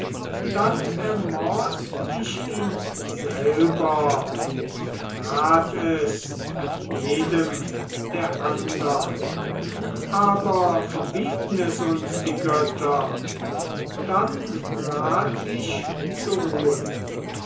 dann ermord ich ihn selber und rat es jedem der andern aber verbieten es uns die götter dann rat ich zu ruhen